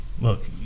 look